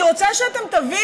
אני רוצה שתבינו,